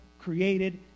created